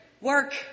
Work